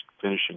finishing